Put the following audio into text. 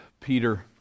Peter